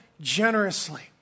generously